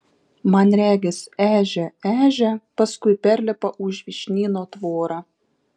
man regis ežia ežia paskui perlipa už vyšnyno tvorą